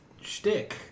shtick